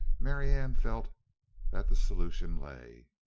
marianne felt that the solution lay.